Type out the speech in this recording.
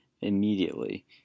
immediately